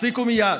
הפסיקו מייד.